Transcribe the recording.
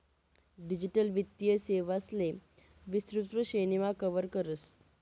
digital वित्तीय सेवांले विस्तृत श्रेणीमा कव्हर करस